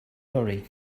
hurry